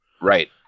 Right